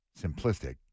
simplistic